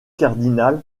cardinals